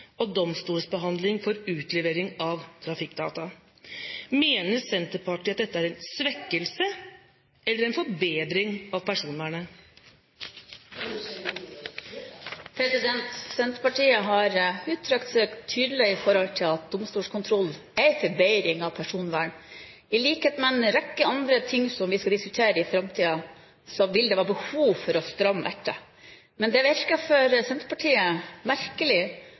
og domstolsbehandling for utlevering av trafikkdata. Mener Senterpartiet at dette er en svekkelse eller en forbedring av personvernet? Senterpartiet har uttrykt seg tydelig i forhold til at domstolskontroll er en forbedring av personvernet. I likhet med en rekke andre ting som vi skal diskutere i framtiden, vil det være behov for å stramme etter. Men det virker for Senterpartiet merkelig